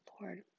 Lord